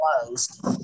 closed